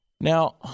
Now